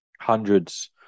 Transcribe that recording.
hundreds